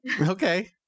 Okay